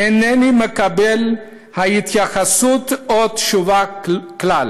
אינני מקבל התייחסות או תשובה כלל.